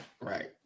right